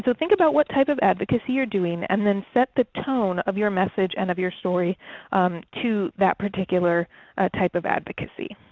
so think about what type of advocacy you are doing, and then set the tone of your message, and of your story to that particular ah type of advocacy.